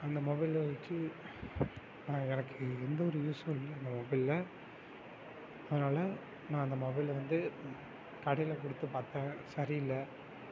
அந்த மொபைலை வச்சு நான் எனக்கு எந்த ஒரு யூஸூம் இல்லை அந்த மொபைலில் அதனால நான் அந்த மொபைலை வந்து கடையில் கொடுத்து பார்த்தேன் சரி இல்லை